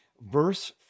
verse